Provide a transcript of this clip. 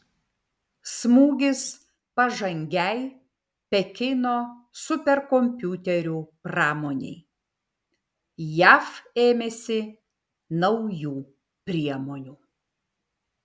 smūgis pažangiai pekino superkompiuterių pramonei jav ėmėsi naujų priemonių